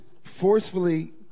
forcefully